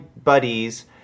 buddies